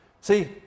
See